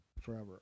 forever